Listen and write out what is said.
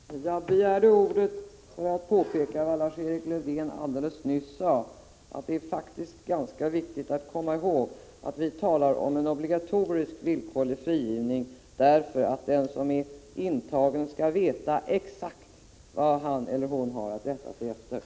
Herr talman! Jag har begärt ordet för att peka på vad Lars-Erik Lövdén nyss sade, nämligen att det är viktigt att komma ihåg att vi talar om en obligatorisk villkorlig frigivning. På det sättet får den intagne veta exakt vad han eller hon har att rätta sig efter.